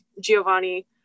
Giovanni